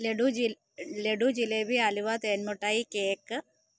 ലഡ്ഡു ജിലേബി ലഡ്ഡു ജിലേബി അലുവ തേൻമിഠായി കേക്ക്